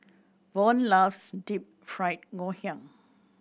Von loves Deep Fried Ngoh Hiang